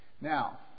Now